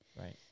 Right